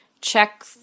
check